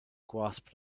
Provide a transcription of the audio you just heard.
grasp